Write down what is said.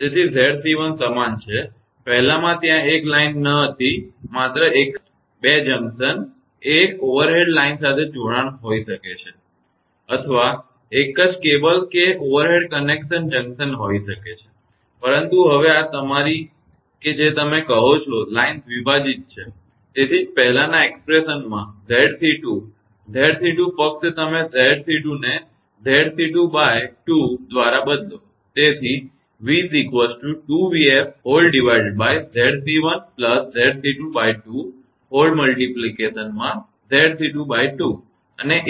તેથી 𝑍𝑐1 સમાન છે પહેલામાં ત્યાં એક લાઇન ન હતી માત્ર એક જ 2 જંકશન એ ઓવરહેડ લાઇન જોડાણ હોઈ શકે છે અથવા એક કેબલ એક ઓવરહેડ કનેક્શન જંકશન હોઇ શકે છે પરંતુ હવે આ તમારી કે જે તમે કહો છો કે લાઈન દ્વિભાજિત છે તેથી જ પહેલાના એકપ્રેશન માં 𝑍𝑐2 𝑍𝑐2 ફક્ત તમે 𝑍𝑐2 ને 𝑍𝑐2 2 દ્વારા બદલો તેથી અને એ જ